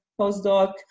postdoc